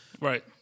Right